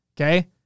Okay